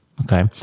Okay